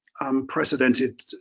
unprecedented